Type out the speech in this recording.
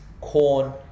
corn